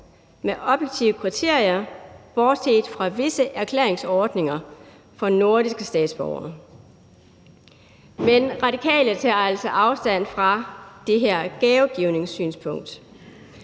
med objektive kriterier bortset fra visse erklæringsordninger for nordiske statsborgere. Men Radikale tager altså afstand fra det her gavegivningssynspunkt.